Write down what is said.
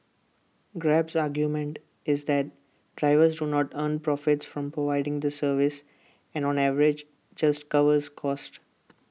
grab's argument is that drivers do not earn profits from providing the service and on average just covers costs